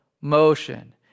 motion